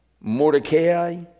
Mordecai